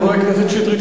חבר כנסת שטרית,